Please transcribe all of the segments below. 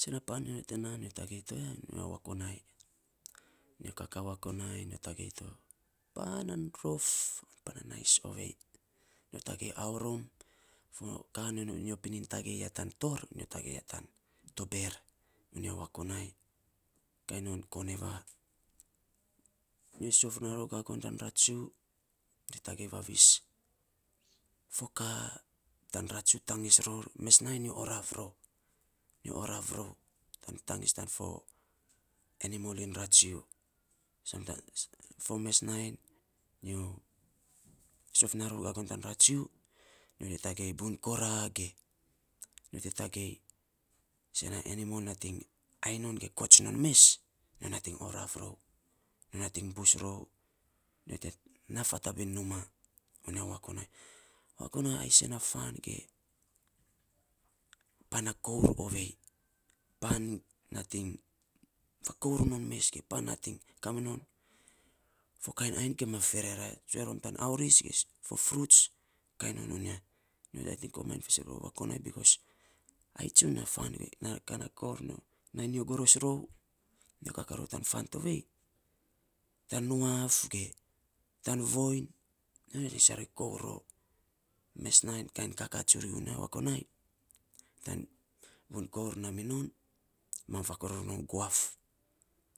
Sen na pan nyo tagei toya unya wakunai, nyo kakaa wakunai no tagei to pan na na rof pan na nais ovei. Nyo tagei aurom, fo kan non nyo pinin tagei ya tan toor, nyo tagei ya tan tober unya wakunai, kainy non koneva. Nyo sof na rou gagon tan ratsuu, nyo te tagei vavis foka tan ratsu tangis ror. Mes nainy nyo oraav rou, oraav rou tan tangis tan fo enimol iny ratsu san tan fo mes nainy nyo sof naa rou gagon tan ratsu nyo te tagei buiny koraa ge nyo te tagei sena enimol nating ainy non ge kots non mes nyo nating oraav rou, nyo nating bus rou nyo te naa fatabin numaa unya wakunai. Wakunai ai isena fan ge pana kour ovei, pan nating fakour non mes ge pan nating kaminon fo kainy ainy kima ferera tsuue rom tan auris ge fo furuts kaa non unya. Nyo komainy fiisok rou a wakunai bicos ai tsun na fan ge pana kour nainy nyo goros rou, nyo kakaa rou tan fan tovei tan ruaf ge tan voiny nyo nating sarei kour rou. Mes nainy kain kakaa tsuri unya wakunai tan buiny kour naa miinon, mam faakoring rom guaf,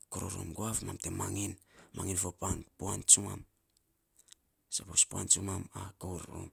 faakoring, rom guaf mam te mangin rom fo pan puan tsumam saposa puan tsuman kour non.